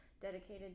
dedicated